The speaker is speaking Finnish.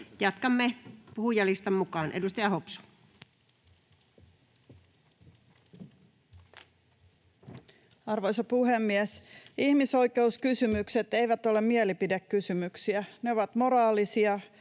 Jatkamme puhujalistan mukaan. — Edustaja Hopsu. Arvoisa puhemies! Ihmisoikeuskysymykset eivät ole mielipidekysymyksiä. Ne ovat moraalisia